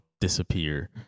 disappear